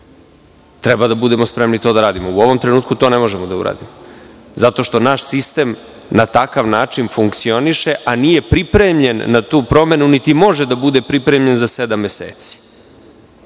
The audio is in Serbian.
treba da budemo spremni da to radimo. U ovom trenutku, to ne možemo da uradimo, zato što naš sistem na takav način funkcioniše a nije pripremljen na tu promenu niti može da bude pripremljen za sedam meseci. Što